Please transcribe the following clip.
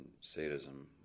sadism